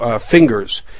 fingers